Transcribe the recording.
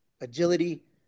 agility